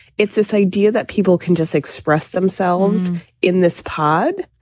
it's this idea that people can just express themselves in this pod.